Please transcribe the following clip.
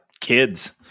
kids